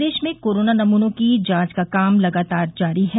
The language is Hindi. प्रदेश में कोरोना नमूनों की जांच का कार्य लगातार जारी है